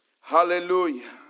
Hallelujah